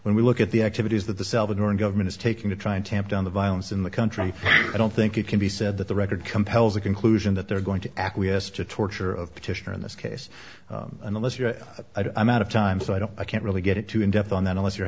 when we look at the activities that the salvadoran government is taking to try and tamp down the violence in the country i don't think it can be said that the record compels the conclusion that they're going to acquiesce to torture of petitioner in this case unless you i'm out of time so i don't i can't really get to in depth on that unless you